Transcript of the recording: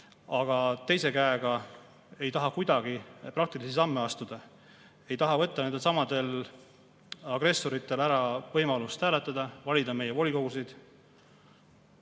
Aga teisest küljest me ei taha kuidagi praktilisi samme astuda. Ei taha võtta nendeltsamadelt agressoritelt ära võimalust hääletada, valida meie volikogusid.